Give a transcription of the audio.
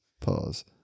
Pause